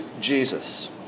Jesus